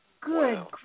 good